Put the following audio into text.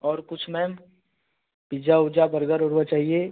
और कुछ ma'am pizza उज्जा बर्गर उर्गर चाहिए